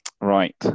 Right